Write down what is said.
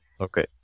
Okay